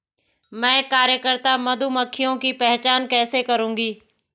मैं कार्यकर्ता मधुमक्खियों की पहचान कैसे करूंगी?